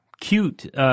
Cute –